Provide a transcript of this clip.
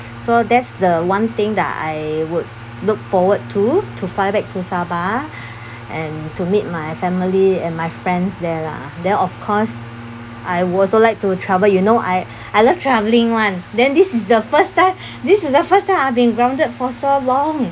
so that's the one thing that I would look forward to to fly back to sabah and to meet my family and my friends there lah then of course I would also like to travel you know I I love travelling [one] then this is the first time this is the first time I've been grounded for so long